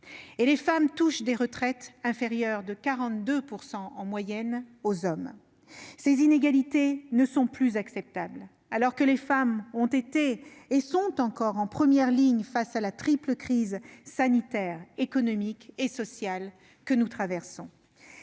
la. Elles touchent des retraites inférieures de 42 % en moyenne à celles que perçoivent les hommes. Ces inégalités ne sont plus acceptables, alors que les femmes ont été et sont encore en première ligne face à la triple crise sanitaire, économique et sociale que nous traversons.